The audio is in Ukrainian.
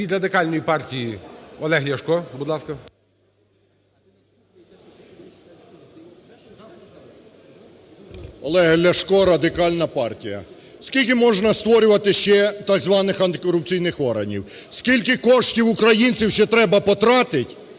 Олег Ляшко, Радикальна партія. Скільки можна створювати ще так званих антикорупційних органів? Скільки коштів українців ще треба потратити,